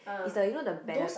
is the you know the banner